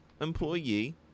employee